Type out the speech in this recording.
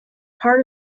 part